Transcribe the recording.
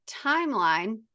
timeline